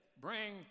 bring